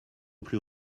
plus